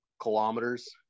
kilometers